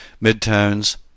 mid-tones